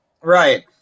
Right